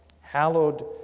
Hallowed